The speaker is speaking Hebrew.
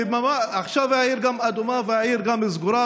עכשיו העיר גם אדומה והעיר גם סגורה,